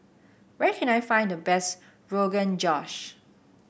where can I find the best Rogan Josh